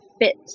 fit